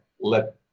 let